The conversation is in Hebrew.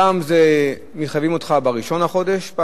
פעם מחייבים אותך בראשון לחודש,